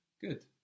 Good